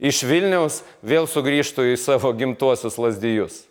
iš vilniaus vėl sugrįžtų į savo gimtuosius lazdijus